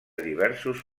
diversos